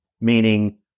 meaning